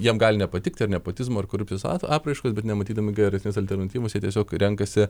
jiem gali nepatikti ar nepotizmo ar korupcijos apraiškos bet nematydami geresnės alternatyvos jie tiesiog renkasi